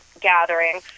gathering